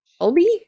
shelby